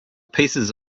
pieces